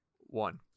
one